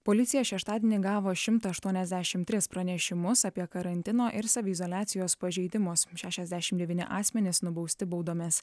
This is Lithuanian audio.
policija šeštadienį gavo šimtą aštuoniasdešim tris pranešimus apie karantino ir saviizoliacijos pažeidimus šešiasdešim devyni asmenys nubausti baudomis